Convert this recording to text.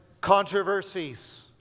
controversies